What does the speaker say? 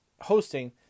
hosting